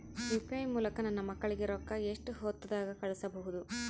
UPI ಮೂಲಕ ನನ್ನ ಮಕ್ಕಳಿಗ ರೊಕ್ಕ ಎಷ್ಟ ಹೊತ್ತದಾಗ ಕಳಸಬಹುದು?